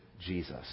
Jesus